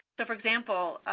so, for example,